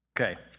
Okay